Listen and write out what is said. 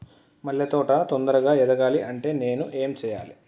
మల్లె తోట తొందరగా ఎదగాలి అంటే నేను ఏం చేయాలి?